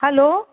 hello